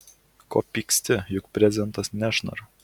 ko pyksti juk brezentas nešnara